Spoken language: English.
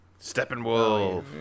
Steppenwolf